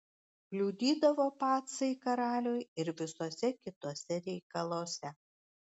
kliudydavo pacai karaliui ir visuose kituose reikaluose